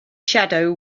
shadow